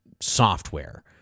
software